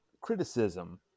criticism